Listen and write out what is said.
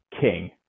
king